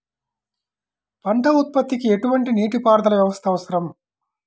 పంట ఉత్పత్తికి ఎటువంటి నీటిపారుదల వ్యవస్థ అవసరం?